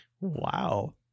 Wow